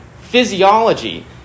physiology